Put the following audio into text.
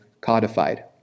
codified